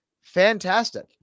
fantastic